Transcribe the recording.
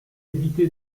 évité